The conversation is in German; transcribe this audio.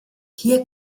hier